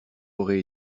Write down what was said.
aurait